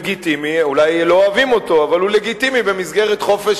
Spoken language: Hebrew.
אולי לא אוהבים אותו, אבל הוא לגיטימי במסגרת חופש